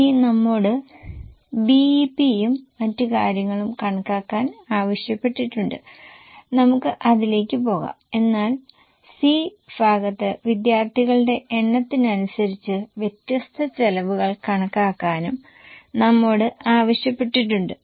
ഇനി നമ്മോട് BEP യും മറ്റു കാര്യങ്ങളും കണക്കാക്കാൻ ആവശ്യപ്പെട്ടിട്ടുണ്ട് നമുക്ക് അതിലേക്ക് പോകാം എന്നാൽ സി ഭാഗത്ത് വിദ്യാർത്ഥികളുടെ എണ്ണത്തിനനുസരിച്ച് വ്യത്യസ്ത ചെലവുകൾ കണക്കാക്കാനും നമ്മോട് ആവശ്യപ്പെട്ടിട്ടുണ്ട്